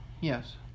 yes